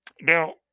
Now